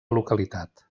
localitat